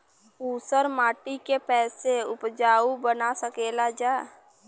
ऊसर माटी के फैसे उपजाऊ बना सकेला जा?